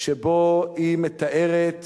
שבה היא מתארת